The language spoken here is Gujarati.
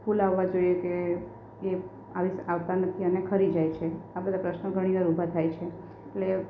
ફૂલ આવવા જોઈએ કે એ આવી સ આવતા નથી અને ખરી જાય છે આ બધા પ્રશ્નો ઘણીવાર ઊભા થાય છે એટલે